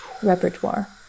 Repertoire